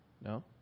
no